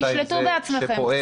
תשלטו בעצמכם,